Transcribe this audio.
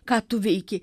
ką tu veiki